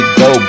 go